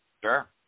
Sure